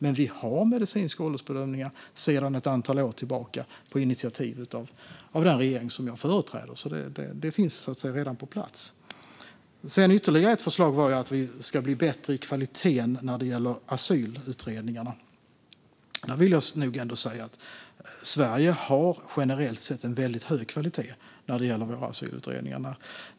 Men vi har medicinska åldersbedömningar sedan ett antal år tillbaka på initiativ av den regering som jag företräder, så de finns redan på plats. Ytterligare ett förslag var att kvaliteten på asylutredningarna ska bli bättre. Där vill jag nog ändå säga att Sverige generellt sett har en väldigt hög kvalitet på asylutredningarna.